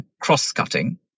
cross-cutting